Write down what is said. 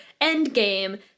Endgame